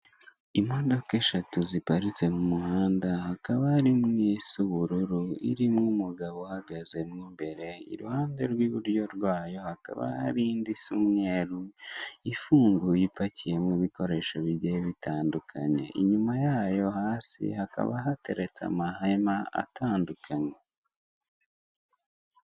Imodoka eshatu ziparitse mu muhanda hakaba harimo imwe isa ubururu irimo umugabo uhagaze mo imbere i ruhande rw'iburyo rwayo hakaba hari isa umweru ifunguye ipakiyemo ibikoresho bigiye bitandukanye, inyuma yayo hasi hakaba hateretse amahema atandukanye.